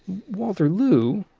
walter liew,